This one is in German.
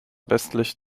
westlich